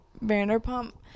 Vanderpump